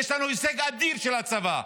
יש לנו הישג אדיר של הצבא,